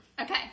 Okay